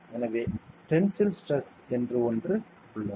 எனவே tensile stress என்று ஒன்று உள்ளது